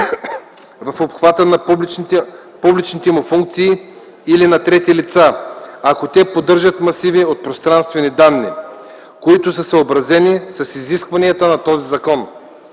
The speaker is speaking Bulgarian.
в обхвата на публичните му функции или на трети лица, ако те поддържат масиви от пространствени данни, които са съобразени с изискванията на този закон;